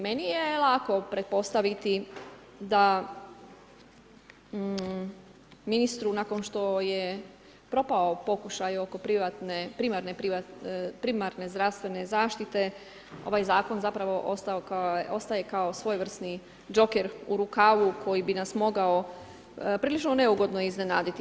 Meni je lako pretpostaviti da ministru ako što je propao pokušaj oko primarne zdravstvene zaštite ovaj Zakon zapravo ostaje kao svojevrsni joker u rukavu koji bi nas mogao prilično neugodno iznenaditi.